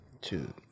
Two